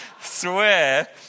swear